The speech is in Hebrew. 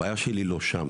אבל הבעיה שלי היא לא שם.